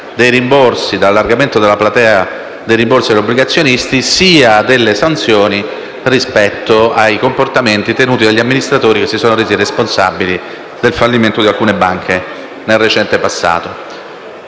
sul tema sia dell'allargamento della platea dei rimborsi agli obbligazionisti sia delle sanzioni rispetto ai comportamenti tenuti dagli amministratori che si sono resi responsabili del fallimento di alcune banche nel recente passato.